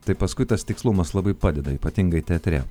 tai paskui tas tikslumas labai padeda ypatingai teatre